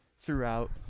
Throughout